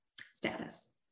status